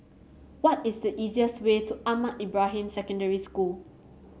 what is the easiest way to Ahmad Ibrahim Secondary School